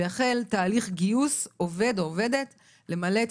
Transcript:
ויחל תהליך גיוס עובד או עובדת למלא את